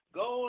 go